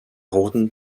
roten